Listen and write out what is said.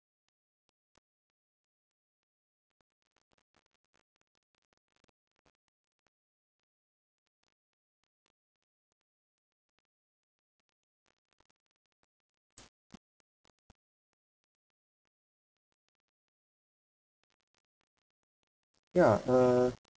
ya uh